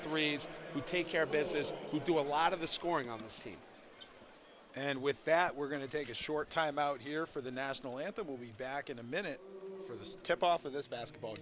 threes who take care of business who do a lot of the scoring on this team and with that we're going to take a short time out here for the national anthem will be back in a minute for the step off of this basketball